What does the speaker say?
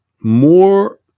more